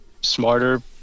smarter